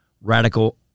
radical